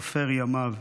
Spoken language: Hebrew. סופר ימיו.